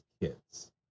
kids